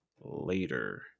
later